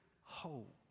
hope